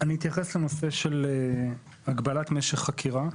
אני אתייחס לנושא של הגבלת משך חקירה.